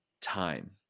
time